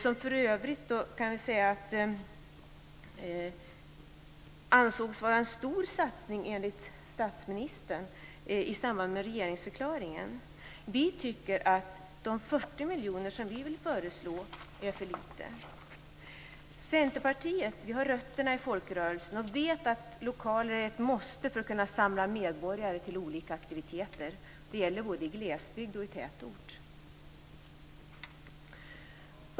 Dessa ansågs för övrigt av statsministern i regeringsförklaringen som en stor satsning. Vi tycker att de 40 miljoner som vi föreslår är för lite. Centerpartiet har rötterna i folkrörelsen och vet att lokaler är ett måste för att kunna samla medborgare till olika aktiviteter. Det gäller både i glesbygd och i tätort.